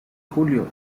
julio